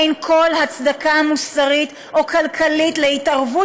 אין כל הצדקה מוסרית או כלכלית להתערבות